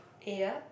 yup